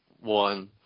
one